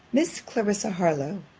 miss clarissa harlowe,